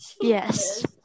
yes